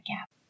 gap